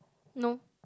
no